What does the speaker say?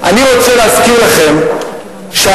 אני רוצה להזכיר לכם שאנחנו,